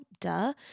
duh